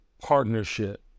partnership